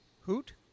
Hoot